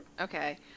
okay